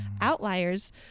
outliers